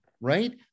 right